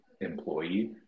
employee